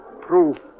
Proof